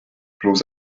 bloß